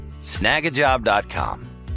Snagajob.com